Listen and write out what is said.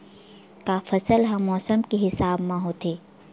का फसल ह मौसम के हिसाब म होथे?